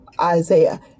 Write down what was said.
Isaiah